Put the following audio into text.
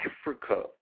Africa